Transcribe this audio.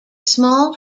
small